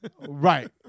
right